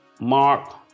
Mark